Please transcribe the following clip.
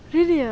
really ah